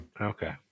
Okay